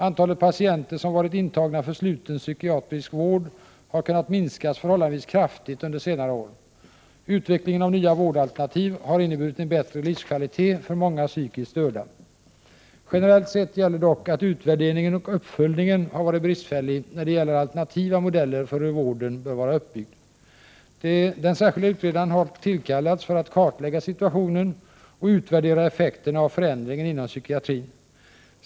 Antalet patienter som varit intagna för sluten psykiatrisk vård har kunnat minskas förhållandevis kraftigt under senare år. Utvecklingen av nya vårdalternativ har inneburit en bättre livskvalitet för många psykiskt störda. Generellt sett gäller dock att utvärderingen och uppföljningen har varit bristfällig när det gäller alternativa modeller för hur vården bör vara uppbyggd. Den särskilda utredaren har tillkallats för att kartlägga situationen och utvärdera effekterna av förändringen inom psykiatrin.